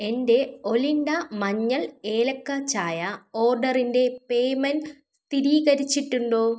എന്റെ ഒലിൻഡ മഞ്ഞൾ ഏലയ്ക്ക ചായ ഓർഡറിന്റെ പേയ്മെൻറ് സ്ഥിരീകരിച്ചിട്ടുണ്ടോ